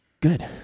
Good